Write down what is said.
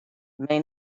may